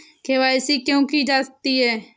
KYC क्यों की जाती है?